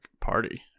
party